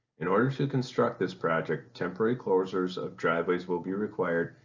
in order to construct this project, temporary closures of driveways will be required,